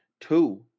Two